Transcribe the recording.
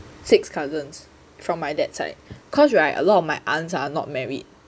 six cousins from my dad side cause [right] a lot of my aunts are not married